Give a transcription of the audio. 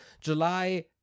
July